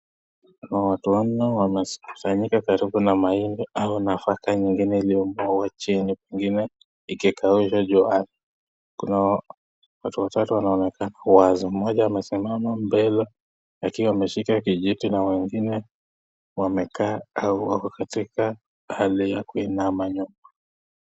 Kuna watu wanne wamesanyanyika karibu na mahindi au nafaka nyingine iliyomwagwa chini pengine ikikaushwa juani. Kuna watu watatu wanaonekana wazi. Mmoja amesimama mbele akiwa ameshika kijiti na wengine wamekaa au wako katika hali ya kuinama nyuma.